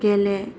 गेले